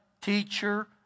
teacher